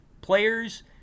players